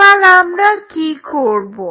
এবার আমরা কি করব